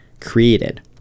created